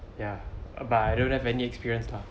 ya but I don't have any experience lah